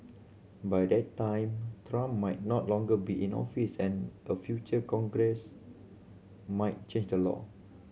by that time Trump might no longer be in office and a future Congress might change the law